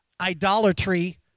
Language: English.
idolatry